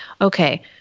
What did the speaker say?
Okay